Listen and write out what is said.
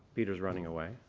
peter's running away?